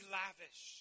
lavish